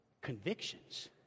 Convictions